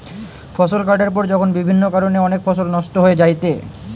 ফসল কাটার পর যখন বিভিন্ন কারণে অনেক ফসল নষ্ট হয়ে যায়েটে